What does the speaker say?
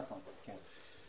נכון, כן.